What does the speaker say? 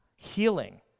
healing